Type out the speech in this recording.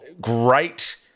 great